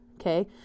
Okay